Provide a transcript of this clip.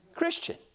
Christian